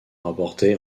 rapportées